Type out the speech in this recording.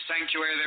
sanctuary